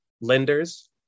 lenders